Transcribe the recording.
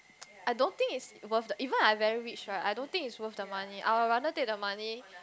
I don't think is worth the even I very rich right I don't think is worth the money I would rather take the money